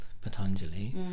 Patanjali